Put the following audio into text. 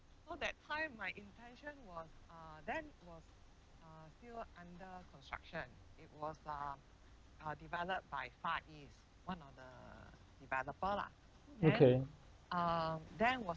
okay